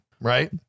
right